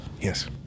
Yes